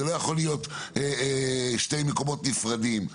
זה לא יכול להיות שני מקומות נפרדים.